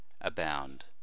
abound